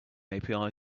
api